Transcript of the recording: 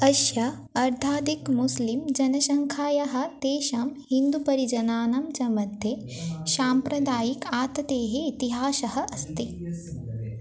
अस्य अर्धाधिक मुस्लिम् जनसङ्ख्यायाः तेषां हिन्दुपरिजनानां च मध्ये साम्प्रदायिकम् आततेः इतिहासः अस्ति